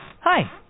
Hi